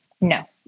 no